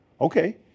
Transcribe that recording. okay